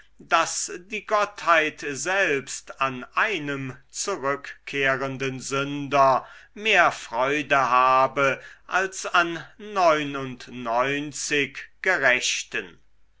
daß die gottheit selbst an einem zurückkehrenden sünder mehr freude habe als an neunundneunzig gerechten